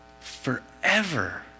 forever